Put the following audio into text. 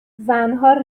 زنها